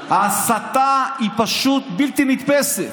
ההסתה היא פשוט בלתי נתפסת.